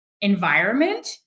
environment